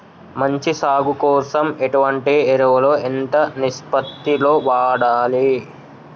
మంచి సాగు కోసం ఎటువంటి ఎరువులు ఎంత నిష్పత్తి లో వాడాలి?